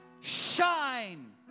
shine